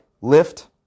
lift